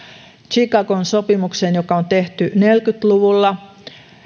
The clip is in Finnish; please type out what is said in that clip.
chicagon sopimukseen joka on tehty neljäkymmentä luvulla